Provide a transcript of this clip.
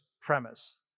premise